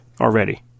already